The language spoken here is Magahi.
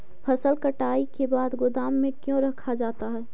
फसल कटाई के बाद गोदाम में क्यों रखा जाता है?